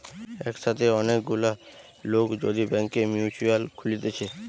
একসাথে অনেক গুলা লোক যদি ব্যাংকে মিউচুয়াল খুলতিছে